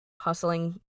hustling